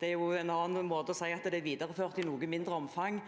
Det er en annen måte å si at det er videreført i noe mindre omfang